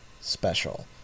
special